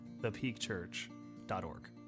thepeakchurch.org